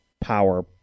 power